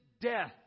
death